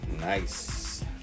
Nice